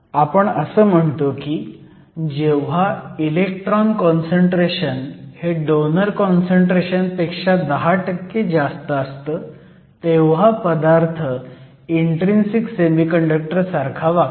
आपण असं म्हणतो की जेव्हा इलेक्ट्रॉन काँसंट्रेशन हे डोनर काँसंट्रेशन पेक्षा 10जास्त असतं तेव्हा पदार्थ इन्ट्रीन्सिक सेमीकंडक्टर सारखा वागतो